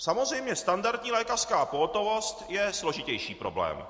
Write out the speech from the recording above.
Samozřejmě, standardní lékařská pohotovost je složitější problém.